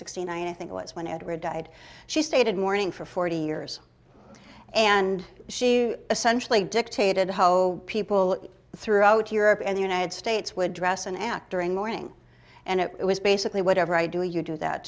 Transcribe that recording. eighty nine i think it was when edward died she stated mourning for forty years and she essentially dictated how people throughout europe and the united states would dress and act during morning and it was basically whatever i do you do that